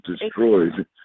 destroyed